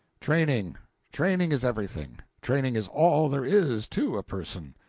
training training is everything training is all there is to a person.